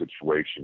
situation